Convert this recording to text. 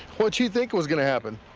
what did you think was going to happen?